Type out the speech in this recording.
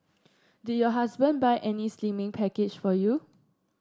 did your husband buy any slimming package for you